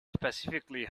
specifically